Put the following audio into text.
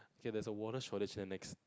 okay there's a water shortage here next